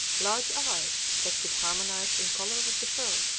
large eyes that should harmonize in color with the fur,